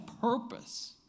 purpose